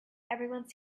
everyone